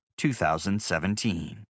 2017